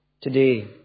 today